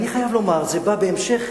אני חייב לומר שזה בא בהמשך